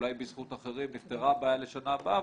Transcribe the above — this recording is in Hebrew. אולי בזכות אחרים נפתרה הבעיה לשנה הבאה,